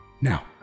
Now